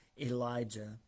Elijah